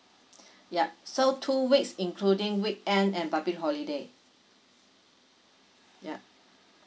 yup so two weeks including weekend and public holiday yup